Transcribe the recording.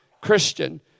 Christian